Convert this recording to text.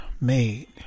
made